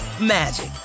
magic